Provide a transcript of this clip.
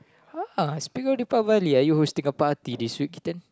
ya speaking of deepavali are you hosting a party this weekend